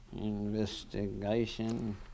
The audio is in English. Investigation